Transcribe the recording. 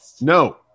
No